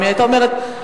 אם היא היתה אומרת "ביבי",